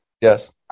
yes